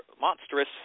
monstrous